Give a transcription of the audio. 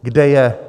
Kde je?